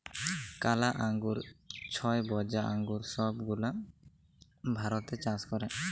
কালা আঙ্গুর, ছইবজা আঙ্গুর ছব গুলা ভারতে চাষ ক্যরে